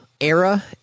Era